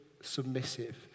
submissive